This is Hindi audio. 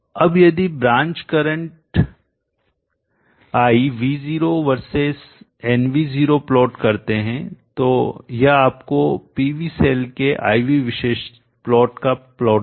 अब यदि आप branch current I V0 versus nv0 plot करते हैं तो यह आपको PV सेल के I V प्लॉट का प्लॉट देगा